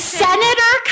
senator